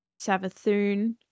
Savathun